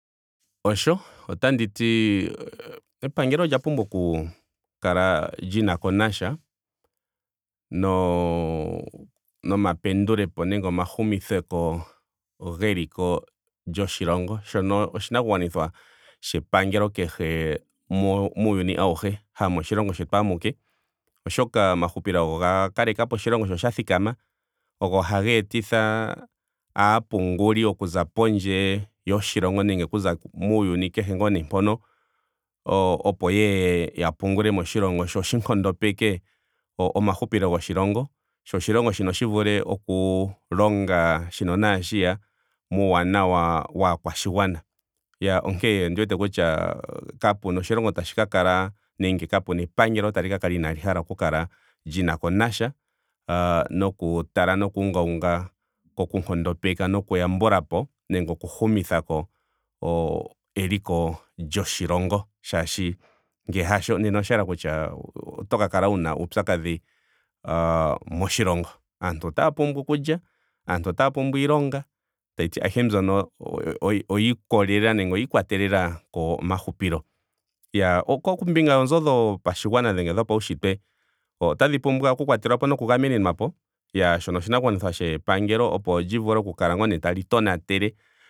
Osho. otandi ti epangelo olya pumbwa oku kala linako nasha noo- nomapendulepo nenge omahumitheko geliko lyoshilongo. Shono oshinakugwanithwa shepangelo kehe mo- muuyuni auhe. Hamoshilongo shetu amuke oshoka omahupilo ogo ga kalekapo oshilongo sho sha thikama. ogo haga etitha aapunguli okuza pondje yoshilongo nenge okuza muuyuni kehe ngaa nee mpono. opo yeye ya pungule moshilongo sho shi nkondopeke omahupilo goshilongo. sho oshilongo shino shi vule oku longa shika naashiya wuuwanawa waakwashigwana. Iyaa onkee ondi wete kutya kapena oshilongo tashi ka kala nenge kapena epangelo tali ka kala inaali hala oku kala linako nasha o- noku tala nokuungaunga koku nkondopeka noku yambulapo nenge oku humithako o- eliko lyoshilongo. Molwaashoka ngelee hasho nena osha yela kutya oto ka kala wuna uupyakadhi aah moshilongo. aantu otaya pumbwa okulya. aantu otaya pumbwa iilonga. tashiti ayihe mbyono oyiikoleleka nenge oya ikwatelela komahupilo. Iyaa kombinga yoonzo dhopashigwana nenge dhopaunshitwe otadhi pumbwa oku kwatelwapo noku gamenenwapo, iyaa shono oshinakugwanithwa shepangelo opo li vula oku kala tali tonatele